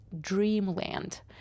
dreamland